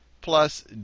plus